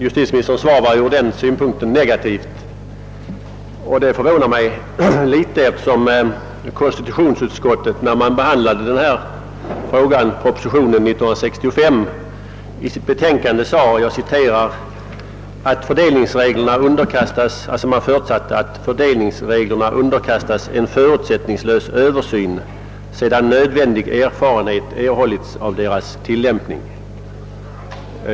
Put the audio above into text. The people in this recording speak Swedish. Ur den synpunkten var justitieministerns svar negativt, och det förvånar mig litet eftersom konstitutionsutskottet vid sin behandling av propositionen i detta ärende 1965 i sitt betänkande skrev att utskottet förutsatte »att fördelningsreglerna underkastas en förutsättningslös översyn, sedan nödvändig erfarenhet erhållits av deras tillämpning».